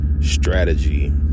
strategy